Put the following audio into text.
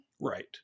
Right